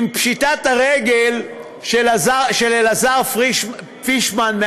עם פשיטת הרגל של אליעזר פישמן,